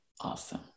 awesome